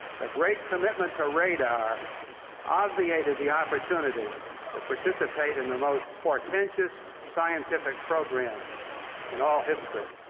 the great commitment to radar obviated the opportunity to participate in the most portentous scientific program in all history.